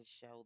show